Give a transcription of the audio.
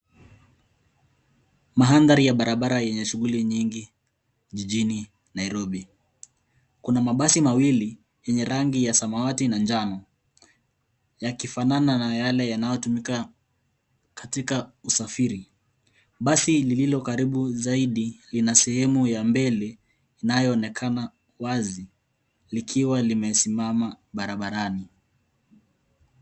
Mandhari ya barabara yenye shughuli nyingi jijini Nairobi. Yuna mabasi mawili yenye rangi ya samawati na njano yakifanana na yale yanayotumika katika usafiri. Basi lililo karibu zaidi lina sehemu ya mbele inayoonekana wazi likiwa limesimama barabarani.